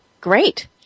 Great